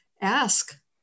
ask